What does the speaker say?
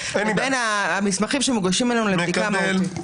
לבין המסמכים שמוגשים אלינו לבדיקה מהותית.